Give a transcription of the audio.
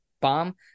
bomb